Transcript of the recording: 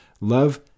Love